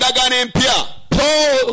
Paul